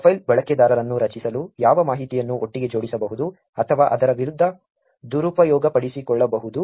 profile ಬಳಕೆದಾರರನ್ನು ರಚಿಸಲು ಯಾವ ಮಾಹಿತಿಯನ್ನು ಒಟ್ಟಿಗೆ ಜೋಡಿಸಬಹುದು ಅಥವಾ ಅದರ ವಿರುದ್ಧ ದುರುಪಯೋಗಪಡಿಸಿಕೊಳ್ಳಬಹುದು